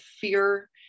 fear